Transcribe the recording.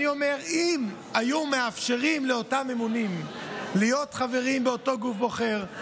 אני אומר שאם היו מאפשרים לאותם ממונים להיות חברים באותו גוף בוחר,